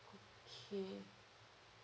okay